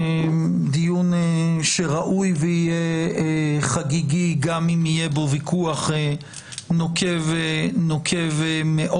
דיון שראוי ויהיה חגיגי גם אם יהיה בו ויכוח נוקב מאוד.